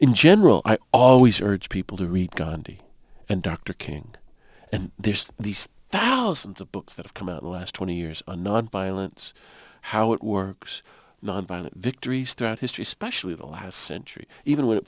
in general i always urge people to read gandhi and dr king and there's these thousands of books that have come out the last twenty years not violence how it works nonviolent victories throughout history especially the last century even when it